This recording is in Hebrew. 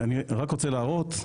רוצה להראות,